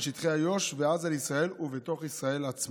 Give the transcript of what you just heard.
שטחי איו"ש ועזה לישראל ובתוך ישראל עצמה.